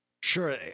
Sure